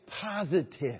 positive